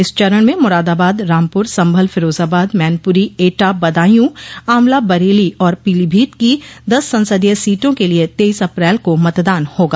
इस चरण में मुरादाबाद रामपुर संभल फिरोजाबाद मैनपुरी एटा बदायू आंवला बरेली और पीलीभीत की दस संसदीय सीटों के लिए तेइस अप्रैल को मतदान होगा